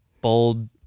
Bold